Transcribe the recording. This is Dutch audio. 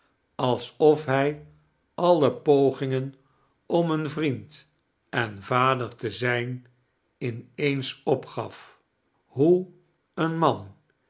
alsof hij alle pogingen om een vriend en vader te zijn in eens opgaf hoe een man